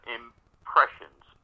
impressions